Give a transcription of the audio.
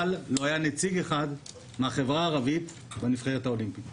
אבל לא היה נציג אחד מהחברה הערבית בנבחרת האולימפית.